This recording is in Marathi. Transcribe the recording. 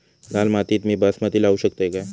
लाल मातीत मी बासमती लावू शकतय काय?